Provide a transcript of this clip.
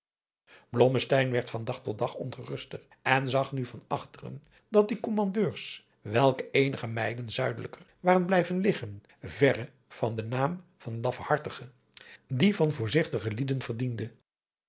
werd van dag tot dag ongeruster en zag nu adriaan loosjes pzn het leven van johannes wouter blommesteyn van achteren dat die kommandeurs welke eenige mijlen zuidelijker waren blijven liggen verre van den naam van laf hartige dien van voorzigtige lieden verdiende